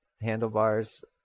handlebars